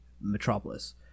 Metropolis